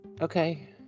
Okay